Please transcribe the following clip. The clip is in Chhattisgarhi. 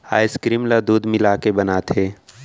आइसकीरिम ल दूद मिलाके बनाथे